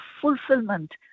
fulfillment